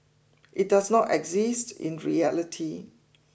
it does not exist in reality